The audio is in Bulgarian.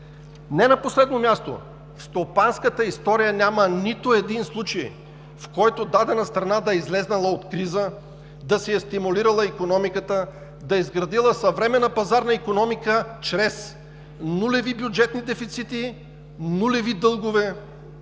Не на последно място, в стопанската история няма нито един случай, в който дадена страна да е излязла от криза, да си е стимулирала икономиката, да е изградила съвременна пазарна икономика чрез нулеви бюджетни дефицити, нулеви дългове.